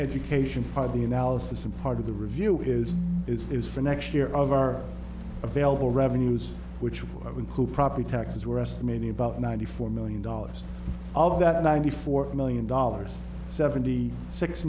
education for the analysis and part of the review is is is for next year of our available revenues which will include property taxes were estimating about ninety four million dollars of that ninety four million dollars seventy six